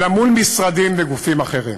אלא מול משרדים וגופים אחרים.